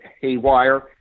haywire